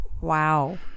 wow